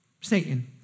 Satan